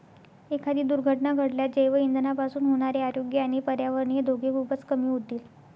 एखादी दुर्घटना घडल्यास जैवइंधनापासून होणारे आरोग्य आणि पर्यावरणीय धोके खूपच कमी होतील